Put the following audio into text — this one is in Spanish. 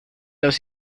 los